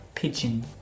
pigeon